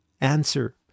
answer